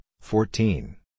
fourteen